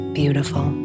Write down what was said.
beautiful